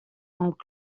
amb